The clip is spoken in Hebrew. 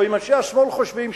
או אם אנשי השמאל חושבים,